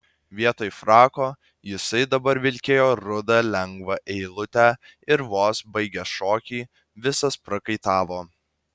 vietoj frako jisai dabar vilkėjo rudą lengvą eilutę ir vos baigęs šokį visas prakaitavo